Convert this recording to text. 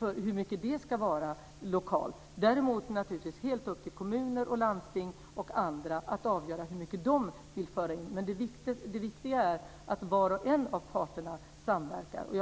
hur mycket det ska vara lokalt. Däremot är det helt upp till kommuner och landsting och andra att avgöra hur mycket de vill föra in, men det viktiga är att var och en av parterna samverkar.